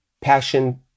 passion